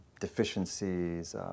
deficiencies